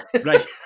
right